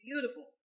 beautiful